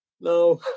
No